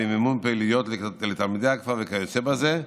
במימון פעילויות לתלמידי הכפר וכיוצא בזה.